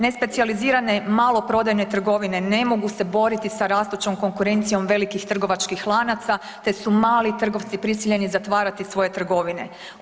Nespecijalizirane maloprodajne trgovine ne mogu se boriti sa rastućom konkurencijom velikih trgovačkih lanaca, te su mali trgovci prisiljeni zatvarati svoje trgovine.